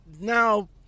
now